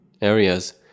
areas